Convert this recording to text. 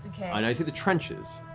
yeah and you say the trenches,